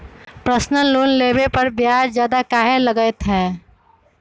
Personal loan लेबे पर ब्याज ज्यादा काहे लागईत है?